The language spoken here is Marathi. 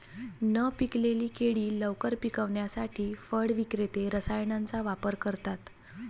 न पिकलेली केळी लवकर पिकवण्यासाठी फळ विक्रेते रसायनांचा वापर करतात